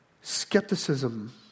skepticism